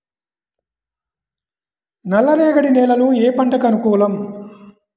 నల్లరేగడి నేలలు ఏ పంటలకు అనుకూలం?